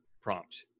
prompt